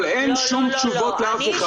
אבל אין שום תשובות לאף אחד.